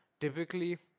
typically